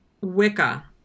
Wicca